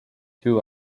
two